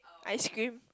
ice cream